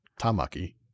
Tamaki